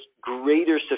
greater